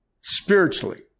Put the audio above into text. Spiritually